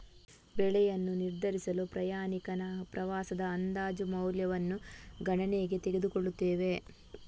ಬೆಲೆಯನ್ನು ನಿರ್ಧರಿಸಲು ಪ್ರಯಾಣಿಕನ ಪ್ರವಾಸದ ಅಂದಾಜು ಮೌಲ್ಯವನ್ನು ಗಣನೆಗೆ ತೆಗೆದುಕೊಳ್ಳುತ್ತವೆ